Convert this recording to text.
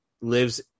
lives